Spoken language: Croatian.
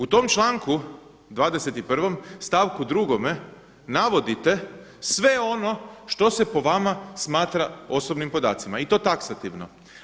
U tom članku 21. stavku 2. navodite sve ono što se po vama smatra osobnim podacima i to taksativno.